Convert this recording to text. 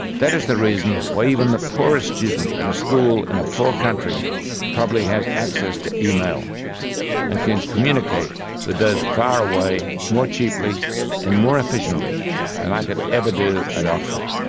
that is the reason why even the poorest student at a school in a poor country probably has access to email and can communicate with those far away more cheaply and more efficiently than i could ever to at oxford.